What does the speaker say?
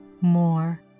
more